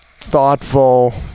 thoughtful